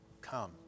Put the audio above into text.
come